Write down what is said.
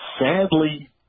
sadly